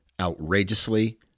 outrageously